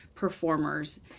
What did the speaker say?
performers